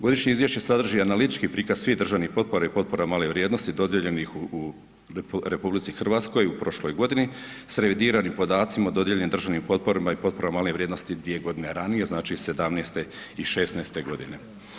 Godišnje izvješće sadrži analitički prikaz svih državnih potpora i potpora male vrijednosti dodijeljenih u RH u prošloj godini s revidiranim podacima o dodijeljenim državnim potporama i potporama male vrijednosti dvije godine ranije, znači 2017. i 2016. godine.